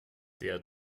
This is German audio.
der